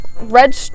red